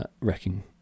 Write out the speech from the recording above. wrecking